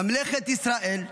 ממלכת ישראל,